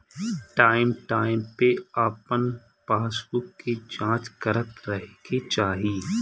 time time पे अपन passbook के जाँच करत रहे के चाही